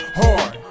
hard